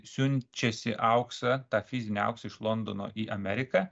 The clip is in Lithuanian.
siunčiasi auksą tą fizinį auksą iš londono į ameriką